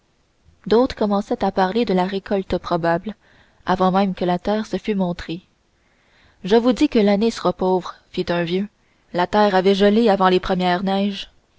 d'autres commençaient à parler de la récolte probable avant même que la terre se fût montrée je vous dis que l'année sera pauvre fit un vieux la terre avait gelé avant les premières neiges